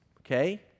Okay